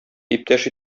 иптәш